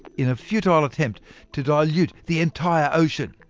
in a futile attempt to dilute the entire ocean.